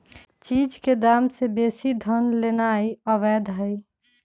चीज के दाम से बेशी धन लेनाइ अवैध हई